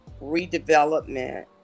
redevelopment